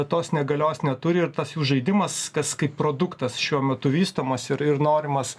tos negalios neturi ir tas jų žaidimas kas kaip produktas šiuo metu vystomas ir ir norimas